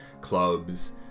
clubs